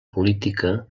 política